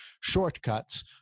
shortcuts